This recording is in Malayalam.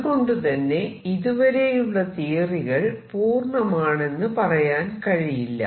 അതുകൊണ്ടുതന്നെ ഇതുവരെയുള്ള തിയറികൾ പൂർണമാണെന്നു പറയാൻ കഴിയില്ല